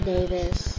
Davis